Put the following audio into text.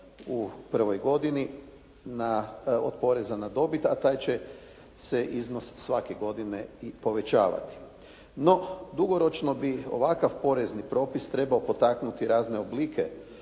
u prvoj godini od poreza na dobit, a taj će se iznos svake godine i povećavati. No, dugoročno bi ovakav porezni propis trebao potaknuti razne oblike